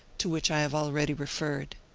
to which i have already referred.